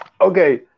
Okay